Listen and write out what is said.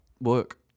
work